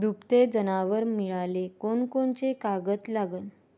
दुभते जनावरं मिळाले कोनकोनचे कागद लागन?